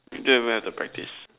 don't even have to practice